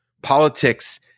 Politics